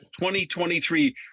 2023